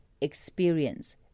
experience